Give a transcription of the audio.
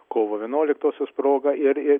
kovo vienuoliktosios proga ir ir